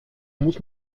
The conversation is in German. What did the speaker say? muss